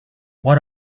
what